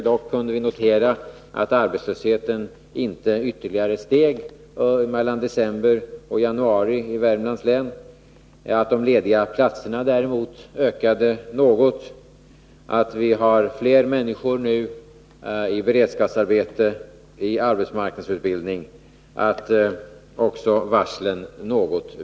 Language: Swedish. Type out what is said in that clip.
Dock kunde vi notera att arbetslösheten inte ytterligare steg mellan december och januari i Värmlands län men att de lediga platserna däremot ökade något, att vi nu har fler människor i beredskapsarbeten och i arbetsmarknadsutbildning samt att antalet varsel minskade något.